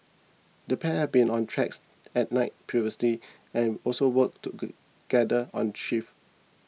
the pair had been on tracks at night previously and also worked together on shifts